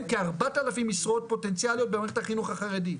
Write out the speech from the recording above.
כ-4,000 משרות פוטנציאליות במערכת החינוך החרדי.